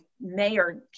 mayor